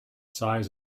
size